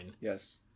Yes